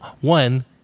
one